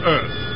Earth